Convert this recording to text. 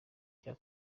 cya